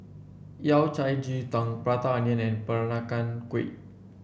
Yao Cai Ji Tang Prata Onion and Peranakan Kueh